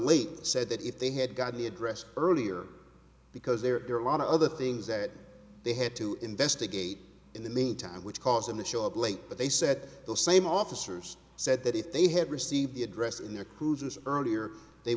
late said that if they had gotten the address earlier because there are a lot of other things that they had to investigate in the meantime which caused them to show up late but they said the same officers said that if they had received the address in their cruisers earlier they